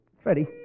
Freddie